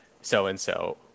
so-and-so